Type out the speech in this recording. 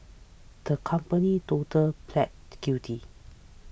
the company today pleaded guilty